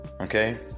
Okay